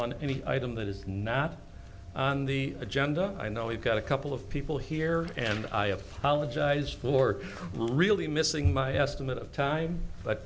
on any item that is not on the agenda i know we've got a couple of people here and i apologize for really missing my estimate of time